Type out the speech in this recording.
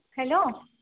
hello